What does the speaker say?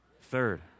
Third